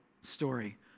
story